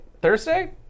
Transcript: thursday